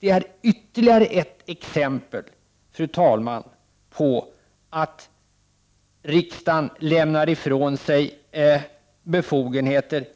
Detta är, fru talman, ytterligare ett exempel på att riksdagen lämnar ifrån sig befogenheter.